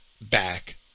back